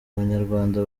abanyarwanda